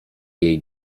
jej